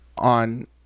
on